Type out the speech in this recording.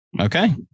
Okay